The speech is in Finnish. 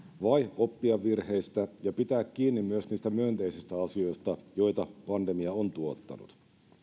vai oppia virheistä ja pitää kiinni myös niistä myönteisistä asioista joita pandemia on tuottanut